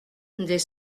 des